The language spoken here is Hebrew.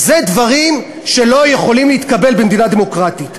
אלה דברים שלא יכולים להתקבל במדינה דמוקרטית.